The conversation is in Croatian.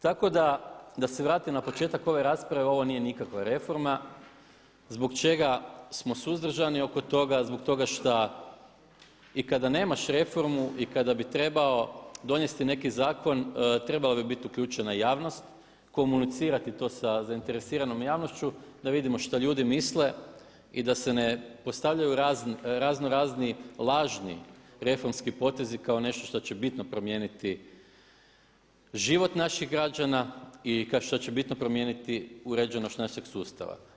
Tako da se vratim na početak ove rasprave, ovo nije nikakva reforma zbog čega smo suzdržani oko toga, zbog toga što i kada nemaš reformu i kada bi trebao donijeti neki zakon trebala bi biti uključena javnost, komunicirati to sa zainteresiranom javnošću da vidimo što ljude misle i da se ne postavljaju raznorazni lažni reformski potezi kao nešto što će bitno promijeniti život naših građana i što će bitno promijeniti uređenost našeg sustava.